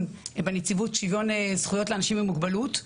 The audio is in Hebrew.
בנציבות שיוויון הזכויות לאנשים עם מוגבלות,